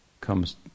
comes